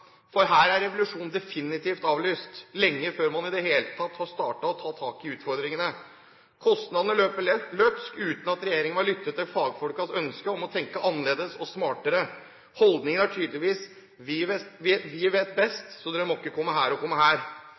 Her er revolusjonen definitivt avlyst lenge før man i det hele tatt har startet og tatt tak i utfordringene. Kostnadene løper løpsk, uten at regjeringen har lyttet til fagfolkenes ønske om å tenke annerledes og smartere. Holdningen er tydeligvis: Vi vet best, så dere må ikke komme her og komme her.